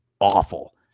awful